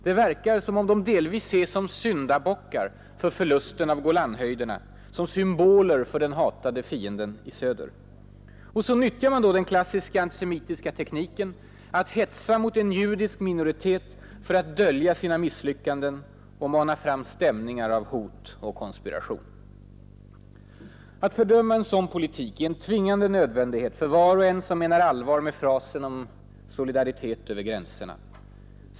Det verkar som om de Nr 57 delvis ses som syndabockar för förlusten av Golanhöjderna, som Torsdagen den symboler för den hatade fienden i söder. Och så nyttjar man då den 13 april 1972 klassiska antisemitiska tekniken att hetsa mot en judisk minoritet för att dölja sina misslyckanden och mana fram stämningar av hot och konspiration. Att fördöma en sådan politik är en tvingande nödvändighet för var och en som menar allvar med frasen om ”solidaritet över gränserna”.